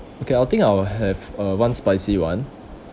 okay I'll think I'll have uh one spicy one